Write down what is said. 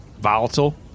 volatile